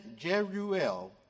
Jeruel